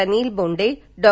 Anil Bonde Dr